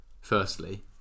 firstly